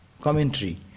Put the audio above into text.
commentary